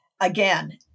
again